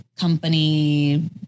company